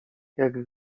jak